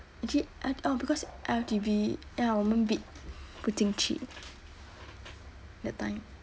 actually I oh because L_T_B !aiya! 我们 bid 不进去 that time